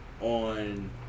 on